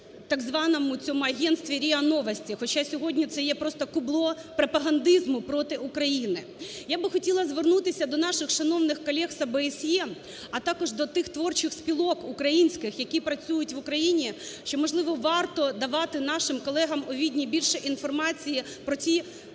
так званому цьому агентстві РІА "Новости". Хоча сьогодні це є просто кубло пропагандизму проти України. Я би хотіла звернутися до наших шановних колег з ОБСЄ, а також до тих творчих спілок українських, які працюють в Україні, що, можливо, варто давати нашим колегам у Відні більше інформації про ті